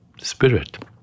spirit